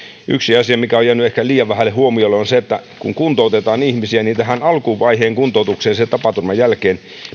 yksi asia mikä on jäänyt ehkä liian vähälle huomiolle on se että kun kuntoutetaan ihmisiä niin tähän alkuvaiheen kuntoutukseen sen tapaturman jälkeen